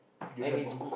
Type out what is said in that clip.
give them box